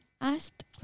asked